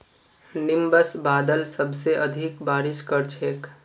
nimbus बादल सबसे अधिक बारिश कर छेक